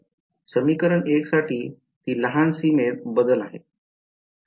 समीकरण १ साठी ती लहान सीमेत बदल आहे